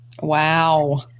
Wow